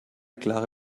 klare